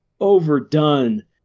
overdone